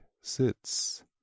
sits